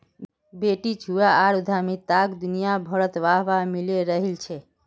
बेटीछुआर उद्यमिताक दुनियाभरत वाह वाह मिले रहिल छे